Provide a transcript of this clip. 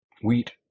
wheat